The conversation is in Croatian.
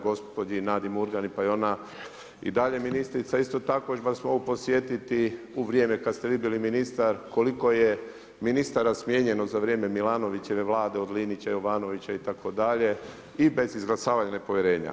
Gospođi Nadi Murganić, pa je ona i dalje ministrica, isto tako vas mogu podsjetiti u vrijeme kad ste vi bili ministar koliko je ministara smijenjeno za vrijeme milanovićeve Vlade od Linića, Jovanovića itd. i bez izglasavanja nepovjerenja.